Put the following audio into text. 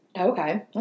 Okay